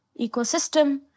ecosystem